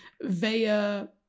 via